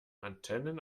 antennen